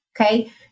okay